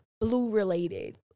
blue-related